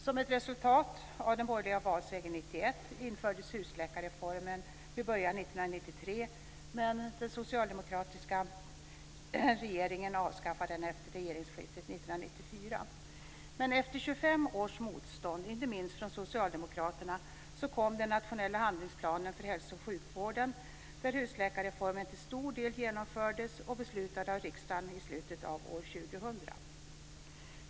Som ett resultat av den borgerliga valsegern 1991 infördes husläkarreformen i början av 1993, men den socialdemokratiska regeringen avskaffade den efter regeringsskiftet 1994. Men efter 25 år av motstånd inte minst från Socialdemokraterna kom den nationella handlingsplanen för hälso och sjukvården, och husläkarreformen genomfördes och beslutades till stor del av riksdagen i slutet av år 2000.